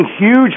huge